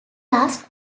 last